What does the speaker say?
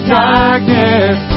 darkness